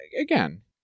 again